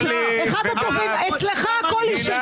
גוטליב, את האחרונה --- אצלך הכול אישי.